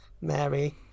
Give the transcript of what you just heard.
Mary